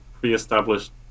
pre-established